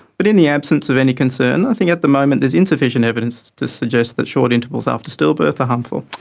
but in the absence of any concern, i think at the moment there's insufficient evidence to suggest that short intervals after stillbirth are harmful.